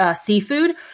seafood